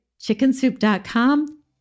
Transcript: chickensoup.com